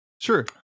Sure